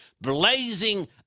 blazing